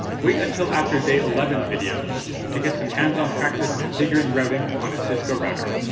wait until after day eleven s video to get some hands-on practice configuring routing on a cisco router.